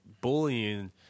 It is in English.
bullying